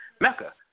Mecca